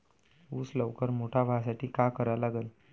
ऊस लवकर मोठा व्हासाठी का करा लागन?